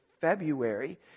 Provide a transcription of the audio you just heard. February